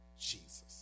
Jesus